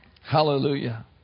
Hallelujah